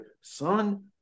son